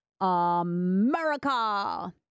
America